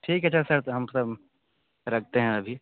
ठीक है तो सर हम सर रखते हैं अभी